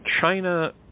China